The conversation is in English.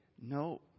no